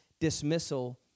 dismissal